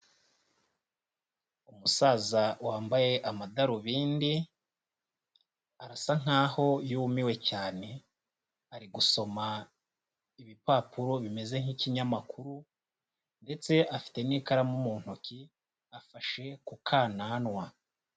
Umusaza wambaye amadarubindi arasa nkaho yumiwe cyane, ari gusoma ibipapuro bimeze nk'ikinyamakuru ndetse afite n'ikaramu mu ntoki afashe ku kananwa..